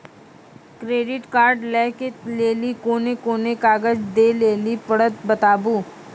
Credit card लै के लेली कोने कोने कागज दे लेली पड़त बताबू?